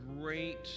great